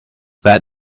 that